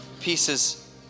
pieces